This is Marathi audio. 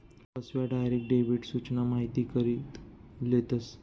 फसव्या, डायरेक्ट डेबिट सूचना माहिती करी लेतस